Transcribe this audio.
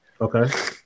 Okay